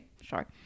Sure